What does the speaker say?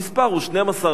המספר הוא 12,